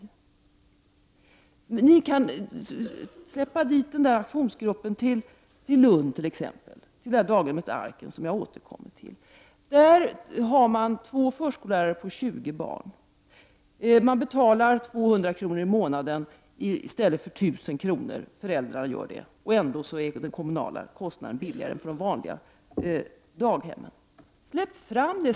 Det är lösningen på problemen. Ni kan släpa dit den aktionsgruppen till daghemmet Arken i Lund, som jag återkommer till. Där har man två förskollärare på tjugo barn. Föräldrarna betalar 200 kr. i stället för 1000 kr. i månaden, och ändå är den kommunala kostnaden för det daghemmet lägre än för de vanliga daghemmen.